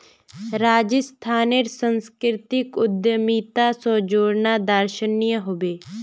राजस्थानेर संस्कृतिक उद्यमिता स जोड़ना दर्शनीय ह बे